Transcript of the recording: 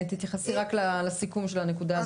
תתייחסי רק לסיכום של הנקודה הזאת.